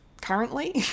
currently